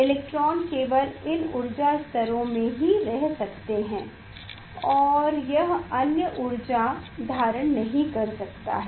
electron केवल इन ऊर्जा स्तरों में ही रह सकते हैं और यह अन्य ऊर्जा धारण नहीं कर सकता है